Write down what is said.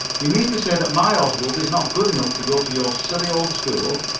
you mean to say that my oswald is not good enough to go to your silly old school?